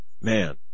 man